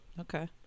Okay